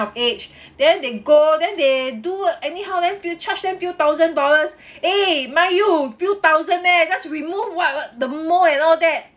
of age then they go then they do anyhow then you charge them few thousand dollars eh few thousand meh just remove what what the mole and all that